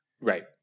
Right